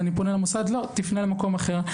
פניתי למוסד, אמרו: לא, תפנה למקום אחר.